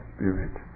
Spirit